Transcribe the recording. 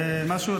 זה משהו,